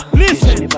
listen